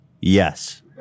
Yes